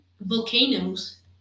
volcanoes